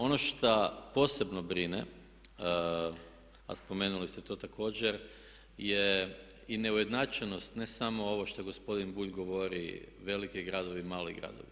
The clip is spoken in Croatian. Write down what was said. Ono šta posebno brine a spomenuli ste to također je i neujednačenost, ne samo ovo što gospodin Bulj govori veliki gradovi i mali gradovi.